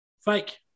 Fake